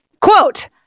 quote